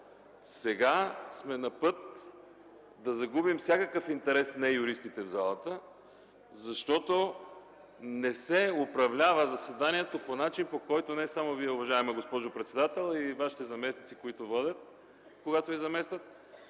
Сега сме на път да загубим всякакъв интерес на юристите в залата, защото заседанието не се управлява по начин, по който не само Вие, уважаема госпожо председател, а и Вашите заместници, които водят, когато Ви заместват,